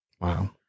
Wow